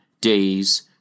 days